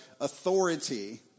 authority